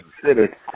consider